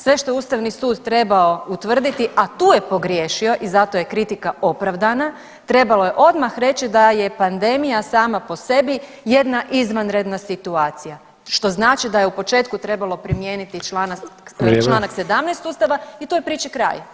Sve što je ustavni sud trebao utvrditi, a tu je pogriješio i zato je kritika opravdano, trebalo je odmah reći da je pandemija sama po sebi jedna izvanredna situacija, što znači da je u početku trebalo primijeniti čl. 17 [[Upadica Sanader: Vrijeme.]] ustava i tu je priči kraj.